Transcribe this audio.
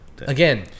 Again